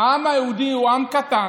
העם היהודי הוא עם קטן,